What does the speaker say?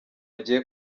agiye